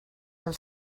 del